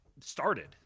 started